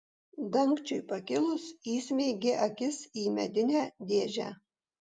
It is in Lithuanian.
dangčiui pakilus įsmeigė akis į medinę dėžę